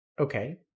okay